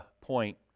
point